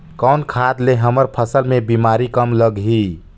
कौन खाद ले हमर फसल मे बीमारी कम लगही?